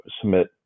submit